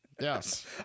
Yes